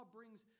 brings